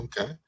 Okay